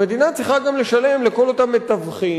המדינה צריכה גם לשלם לכל אותם מתווכים,